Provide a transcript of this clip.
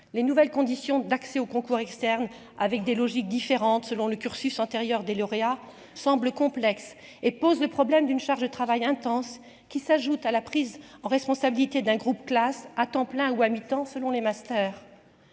Les nouvelles conditions d'accès au concours externe avec des logiques différentes selon le cursus antérieur des lauréats semble complexe et pose le problème d'une charge de travail intense qui s'ajoute à la prise en responsabilité d'un groupe classe à temps plein ou à mi-temps selon les master,